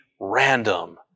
random